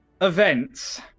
events